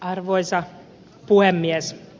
arvoisa puhemies